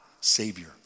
savior